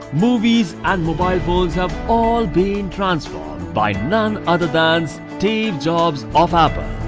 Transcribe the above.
movies and mobile phones have all been transformed by none other than steve jobs of apple.